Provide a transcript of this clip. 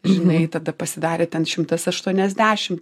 žinai tada pasidarė ten šimtas aštuoniasdešimt